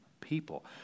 people